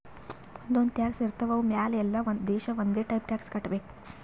ಒಂದ್ ಒಂದ್ ಟ್ಯಾಕ್ಸ್ ಇರ್ತಾವ್ ಅವು ಮ್ಯಾಲ ಎಲ್ಲಾ ದೇಶ ಒಂದೆ ಟೈಪ್ ಟ್ಯಾಕ್ಸ್ ಕಟ್ಟಬೇಕ್